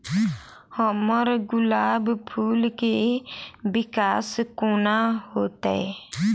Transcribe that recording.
हम्मर गुलाब फूल केँ विकास कोना हेतै?